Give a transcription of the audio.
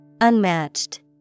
Unmatched